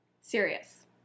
Serious